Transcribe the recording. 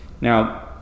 Now